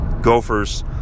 Gophers